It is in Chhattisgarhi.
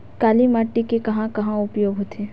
काली माटी के कहां कहा उपयोग होथे?